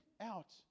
out